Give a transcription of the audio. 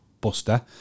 buster